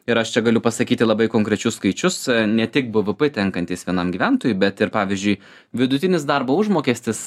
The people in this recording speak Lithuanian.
ir aš čia galiu pasakyti labai konkrečius skaičius ne tik bvp tenkantis vienam gyventojui bet ir pavyzdžiui vidutinis darbo užmokestis